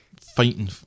fighting